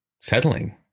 settling